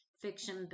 fiction